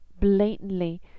blatantly